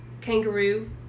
kangaroo